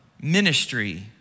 ministry